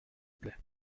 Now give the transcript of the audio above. plaît